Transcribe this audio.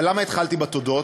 אבל למה התחלתי בתודות?